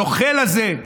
הנוכל הזה,